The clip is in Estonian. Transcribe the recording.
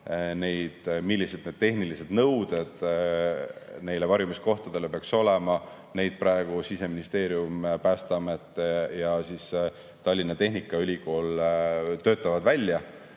millised tehnilised nõuded neile varjumiskohtadele peaks olema, praegu Siseministeerium, Päästeamet ja Tallinna Tehnikaülikool töötavad välja.